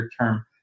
-term